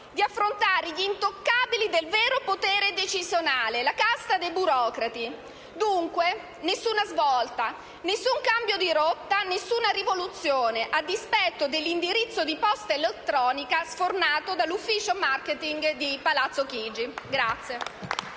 di affrontare gli intoccabili del vero potere decisionale, la casta dei burocrati. Nessuna svolta, dunque, nessun cambio di rotta, nessuna rivoluzione, a dispetto dell'indirizzo di posta elettronica sfornato dall'ufficio *marketing* di Palazzo Chigi.